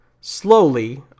slowly